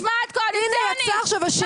הנה יצא עכשיו השרץ.